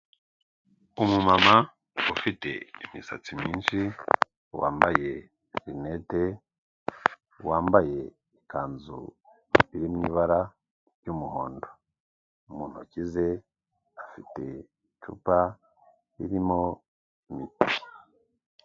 Umumama ufite imisatsi myinshi wambaye rinete, wambaye ikanzu iri mu ibara ry'umuhondo, mu ntoki ze afite icupa ririmo imiti.